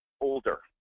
older